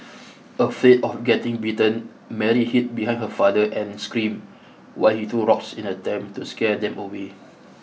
afraid of getting bitten Mary hid behind her father and screamed while he threw rocks in attempt to scare them away